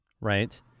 Right